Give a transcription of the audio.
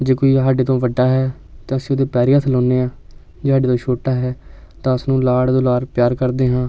ਜੇ ਕੋਈ ਸਾਡੇ ਤੋਂ ਵੱਡਾ ਹੈ ਤਾਂ ਅਸੀਂ ਉਹਦੇ ਪੈਰੀਂ ਹੱਥ ਲਾਉਂਦੇ ਹਾਂ ਜੇ ਸਾਡੇ ਤੋਂ ਛੋਟਾ ਹੈ ਤਾਂ ਉਸ ਨੂੰ ਲਾਡ ਦੁਲਾਰ ਪਿਆਰ ਕਰਦੇ ਹਾਂ